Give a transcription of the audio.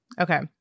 Okay